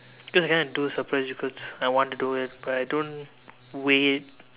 cause I kind of do surprise because I want to do it but I don't wait